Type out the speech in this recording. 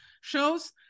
shows